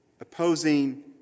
opposing